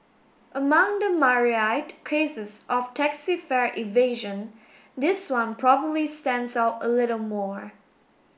among the myriad cases of taxi fare evasion this one probably stands out a little more